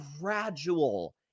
gradual